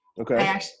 Okay